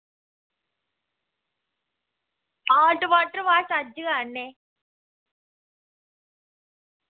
आं टमाटर असें अज्ज गै आह्न्ने